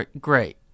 great